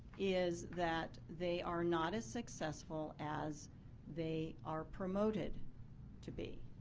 is that they are not as successful as they are promoted to be.